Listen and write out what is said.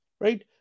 right